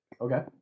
Okay